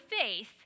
faith